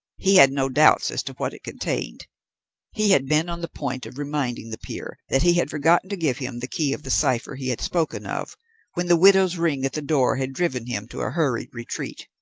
he had no doubts as to what it contained he had been on the point of reminding the peer that he had forgotten to give him the key of the cipher he had spoken of when the widow's ring at the door had driven him to a hurried retreat,